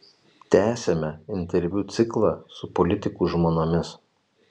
tęsiame interviu ciklą su politikų žmonomis